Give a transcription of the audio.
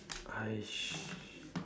!hais!